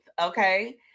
okay